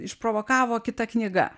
išprovokavo kita knyga